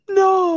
no